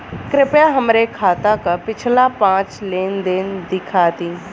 कृपया हमरे खाता क पिछला पांच लेन देन दिखा दी